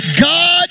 God